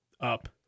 up